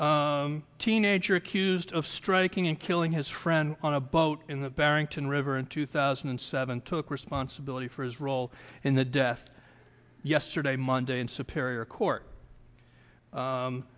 fatality teenager accused of striking and killing his friend on a boat in the barrington river in two thousand and seven took responsibility for his role in the death yesterday monday in superior court